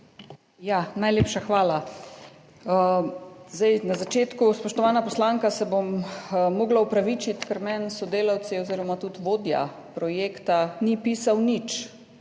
Najlepša hvala. Na začetku, spoštovana poslanka, se bom morala opravičiti, ker meni sodelavci oziroma tudi vodja projekta ni nič